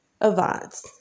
Avant